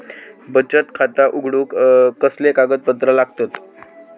बचत खाता उघडूक कसले कागदपत्र लागतत?